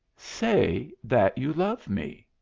say that you love me.